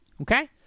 okay